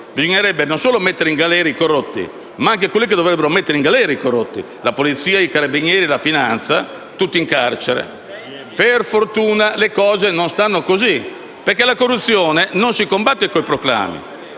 bisognerebbe mettere in galera i corrotti, ma anche quelli che dovrebbero mettere in galera i corrotti, cioè la Polizia, i Carabinieri e la Guardia di finanza: tutti in carcere. Per fortuna le cose non stanno così. La corruzione non si combatte con i proclami;